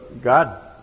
God